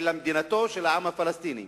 אלא מדינתו של העם הפלסטיני.